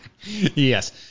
Yes